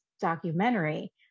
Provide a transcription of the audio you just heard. documentary